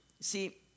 See